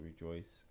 rejoice